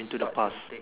into the past